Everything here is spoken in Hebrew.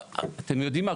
אתם יודעים מה?